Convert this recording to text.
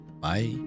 Bye